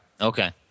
Okay